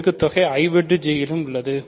பெருக்குத் தொகை I வெட்டு J இல் உள்ளது